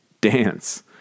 dance